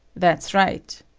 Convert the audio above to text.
that's right.